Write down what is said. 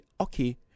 okay